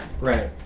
Right